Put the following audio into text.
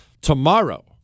Tomorrow